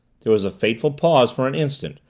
there was a fateful pause, for an instant,